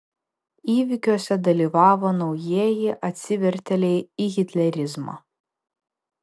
įvykiuose dalyvavo naujieji atsivertėliai į hitlerizmą